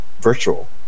virtual